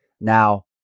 Now